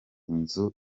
inzu